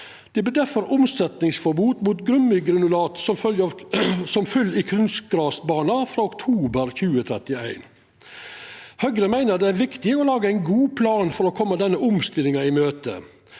Det vert difor omsetjingsforbod mot gummigranulat som fyll i kunstgrasbanar frå oktober 2031. Høgre meiner det er viktig å laga ein god plan for å koma denne omstillinga i møte,